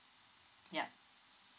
yup